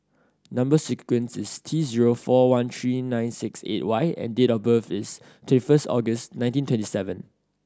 number sequence is T zero four one three nine six eight Y and date of birth is twenty first August nineteen twenty seven